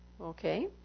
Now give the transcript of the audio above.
Okay